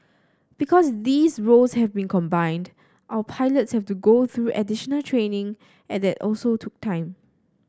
because these roles have been combined our pilots have to go through additional training and that also took time